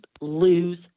lose